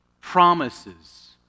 promises